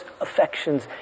affections